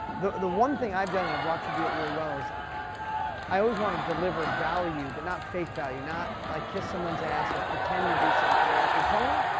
the the one thing i've done, and i've watched you do it really well, is i always wanna deliver value, but not fake value, not like kiss someones ass, or pretend to do something. like, with tony,